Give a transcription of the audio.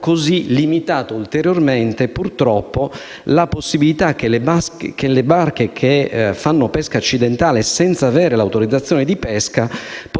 modo limitando ulteriormente, purtroppo, la possibilità per le barche che fanno pesca accidentale senza avere l'autorizzazione di pesca di non